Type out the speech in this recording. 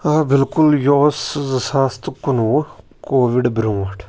آ بِلکُل یہِ اوس زٕ ساس تہٕ کُنوُہہ کووِڈ برونٛٹھ